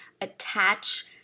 attach